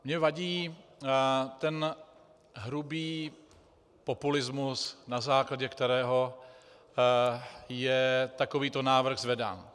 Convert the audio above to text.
Mně vadí ten hrubý populismus, na základě kterého je takovýto návrh zvedán.